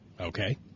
Okay